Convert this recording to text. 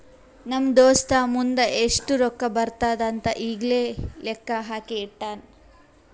ನಮ್ ದೋಸ್ತ ಮುಂದ್ ಎಷ್ಟ ರೊಕ್ಕಾ ಬರ್ತಾವ್ ಅಂತ್ ಈಗೆ ಲೆಕ್ಕಾ ಹಾಕಿ ಇಟ್ಟಾನ್